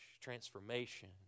transformation